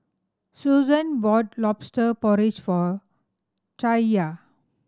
Susann bought Lobster Porridge for Chaya